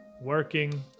Working